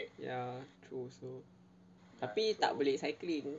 ya true also tapi tak boleh cycling